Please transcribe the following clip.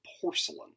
porcelain